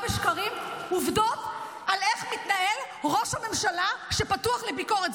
עובדות על איך מתנהל ראש הממשלה שפתוח לביקורת.